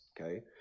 okay